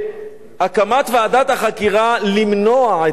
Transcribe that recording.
בהקמת ועדת החקירה למנוע את האסון.